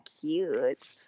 cute